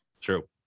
True